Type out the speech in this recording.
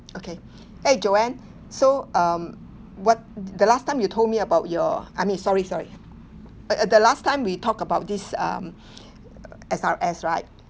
okay !hey! joanne so um what the last time you told me about your I mean sorry sorry uh uh the last time we talk about this um S_R_S right